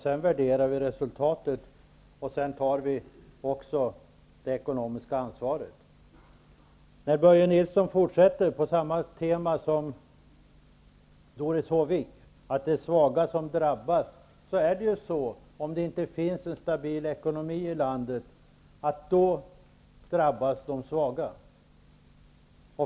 Sedan värderar vi resultatet, och vi tar det ekonomiska ansvaret. Börje Nilsson fortsätter på samma tema som Doris Håvik, att det är de svaga som drabbas. Om det inte finns en stabil ekonomi i landet, drabbas de svaga.